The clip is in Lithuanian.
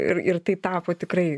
ir ir tai tapo tikrai